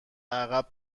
عقب